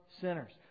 sinners